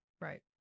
Right